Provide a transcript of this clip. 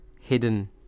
hidden